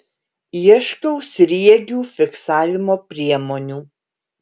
ieškau sriegių fiksavimo priemonių